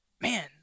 Man